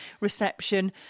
reception